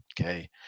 okay